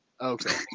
Okay